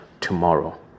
tomorrow